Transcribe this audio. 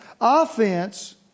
Offense